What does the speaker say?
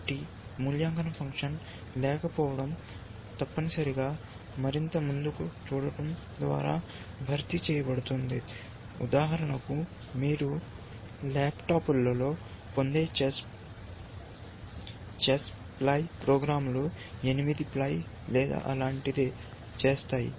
కాబట్టి మూల్యాంకన ఫంక్షన్ లేకపోవడం తప్పనిసరిగా మరింత ముందుకు చూడటం ద్వారా భర్తీ చేయబడుతుంది ఉదాహరణకు మీరు ల్యాప్టాప్లలో పొందే చెస్ ప్లే ప్రోగ్రామ్లు ఎనిమిది ప్లై లేదా అలాంటిదే చేస్తాయి